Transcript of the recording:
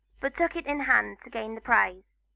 but took it in hand to gain the prize.